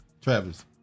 Travis